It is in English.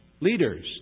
leaders